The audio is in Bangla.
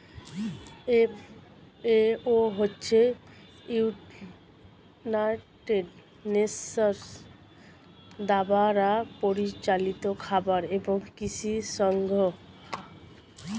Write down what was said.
এফ.এ.ও হচ্ছে ইউনাইটেড নেশনস দ্বারা পরিচালিত খাবার এবং কৃষি সংস্থা